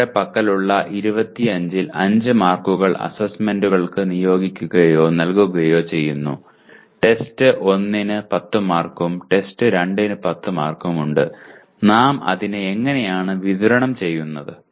ഞങ്ങളുടെ പക്കലുള്ള 25 ൽ 5 മാർക്കുകൾ അസൈൻമെന്റുകൾക്ക് നിയോഗിക്കുകയോ നൽകുകയോ ചെയ്യുന്നു ടെസ്റ്റ് 1 ന് 10 മാർക്കും ടെസ്റ്റ് 2 ന് 10 മാർക്കും ഉണ്ട് നാം അതിനെ എങ്ങനെയാണ് വിതരണം ചെയ്യുന്നത്